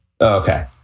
Okay